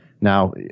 Now